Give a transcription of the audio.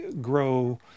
grow